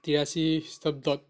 তিৰাশী খ্ৰীষ্টাব্দত